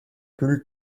plus